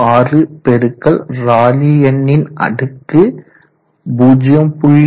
56 பெருக்கல் ராலி எண்ணின் அடுக்கு 0